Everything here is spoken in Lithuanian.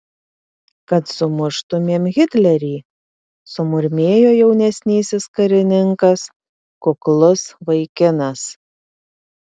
kad sumuštumėm hitlerį sumurmėjo jaunesnysis karininkas kuklus vaikinas